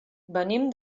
venim